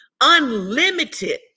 unlimited